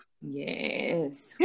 Yes